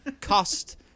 Cost